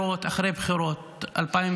בחירות אחרי בחירות,